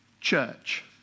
Church